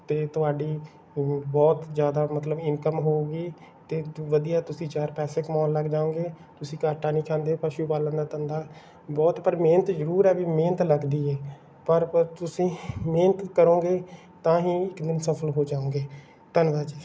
ਅਤੇ ਤੁਹਾਡੀ ਉਹ ਬਹੁਤ ਜ਼ਿਆਦਾ ਮਤਲਬ ਇਨਕਮ ਹੋਊਗੀ ਅਤੇ ਵਧੀਆ ਤੁਸੀਂ ਚਾਰ ਪੈਸੇ ਕਮਾਉਣ ਲੱਗ ਜਾਓਗੇ ਤੁਸੀਂ ਘਾਟਾ ਨਹੀਂ ਖਾਂਦੇ ਪਸ਼ੂ ਪਾਲਣ ਦਾ ਧੰਦਾ ਬਹੁਤ ਪਰ ਮਿਹਨਤ ਜ਼ਰੂਰ ਹੈ ਵੀ ਮਿਹਨਤ ਲੱਗਦੀ ਹੈ ਪਰ ਪਰ ਤੁਸੀਂ ਮਿਹਨਤ ਕਰੋਗੇ ਤਾਂ ਹੀ ਇੱਕ ਦਿਨ ਸਫਲ ਹੋ ਜਾਉਗੇ ਧੰਨਵਾਦ ਜੀ